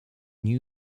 new